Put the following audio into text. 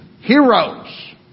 heroes